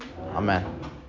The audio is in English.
Amen